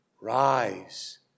Rise